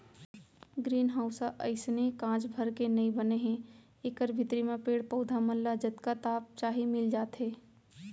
green house ह अइसने कांच भर के नइ बने हे एकर भीतरी म पेड़ पउधा मन ल जतका ताप चाही मिल जाथे